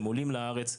הם עולים לארץ.